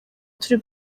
turi